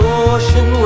ocean